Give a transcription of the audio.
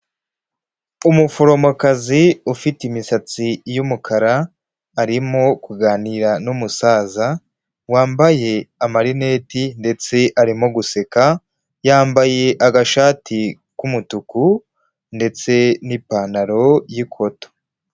Umuforomokazi ufite imisatsi y'umukara, arimo kuganira n'umusaza, wambaye amarineti ndetse arimo guseka, yambaye agashati k'umutuku ndetse n'ipantaro y'ikoto.